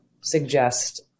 suggest